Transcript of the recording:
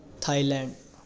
Thailand